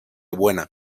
buena